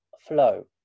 flow